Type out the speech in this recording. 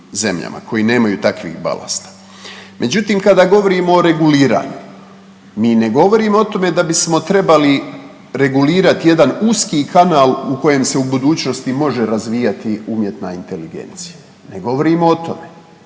koji nemaju takvih balasta. Međutim, kada govorimo o reguliranju, mi ne govorimo o tome da bismo trebali regulirati jedan uski kanal u kojem se u budućnosti može razvijati umjetna inteligencija, ne govorimo o tome,